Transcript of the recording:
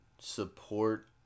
support